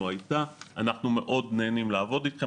הייתה: אנחנו מאוד נהנים לעבוד איתכם,